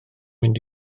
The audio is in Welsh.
mynd